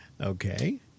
Okay